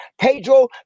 Pedro